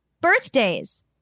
birthdays